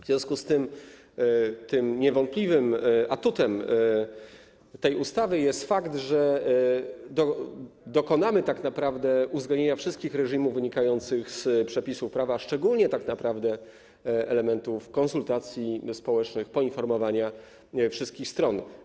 W związku z tym niewątpliwym atutem tej ustawy jest fakt, że dokonamy tak naprawdę uwzględnienia wszystkich reżimów wynikających z przepisów prawa, szczególnie tak naprawdę elementów konsultacji społecznych, poinformowania wszystkich stron.